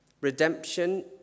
Redemption